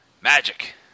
magic